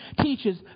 teaches